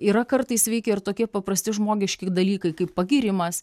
yra kartais veikia ir tokie paprasti žmogiški dalykai kaip pagyrimas